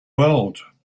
world